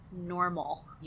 Normal